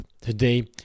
Today